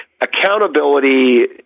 Accountability